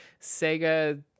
sega